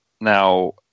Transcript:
now